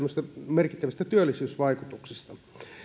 merkittävistä työllisyysvaikutuksista